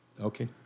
okay